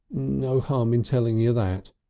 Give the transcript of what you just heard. no harm in telling you that,